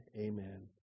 Amen